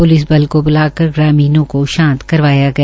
police बल को ब्लाकर ग्रामीणों को शांत करवाया गया